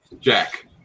Jack